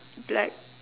black